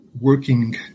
Working